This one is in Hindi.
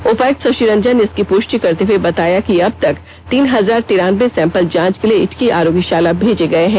उपायुक्त शशि रंजन ने इसकी पुष्टि करते हुए बताया कि अब तक तीन हजार तिरानबे सैंपल जांच के लिए इटकी आरोग्यशाला मेजे गये हैं